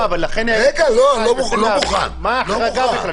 לא, ולכן --- מה ההחרגה בכלל.